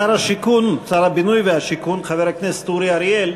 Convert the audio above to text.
שר הבינוי והשיכון, חבר הכנסת אורי אריאל,